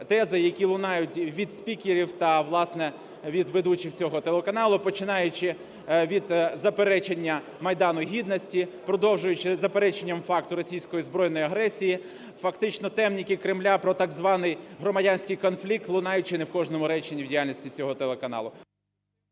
тези, які лунають від спікерів та, власне, від ведучих цього телеканалу, починаючи від заперечення Майдану Гідності, продовжуючи запереченням факту російської збройної агресії, фактично "темники" Кремля про так званий громадянський конфлікт лунають чи не в кожному реченні в діяльності цього телеканалу.